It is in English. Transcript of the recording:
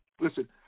listen